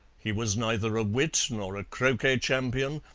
he was neither a wit nor a croquet champion,